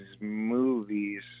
movies